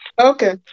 Okay